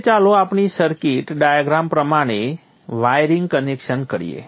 હવે ચાલો આપણી સર્કિટ ડાયાગ્રામ પ્રમાણે વાયરિંગ કનેક્શન કરીએ